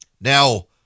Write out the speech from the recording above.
Now